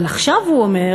אבל עכשיו הוא אומר: